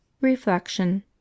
Reflection